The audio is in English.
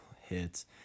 hits